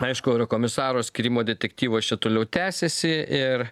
aišku eurokomisaro skyrimo detektyvas čia toliau tęsiasi ir